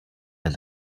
and